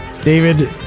David